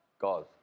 cause